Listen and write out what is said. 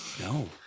no